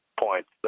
points